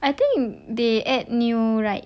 I think they add new rights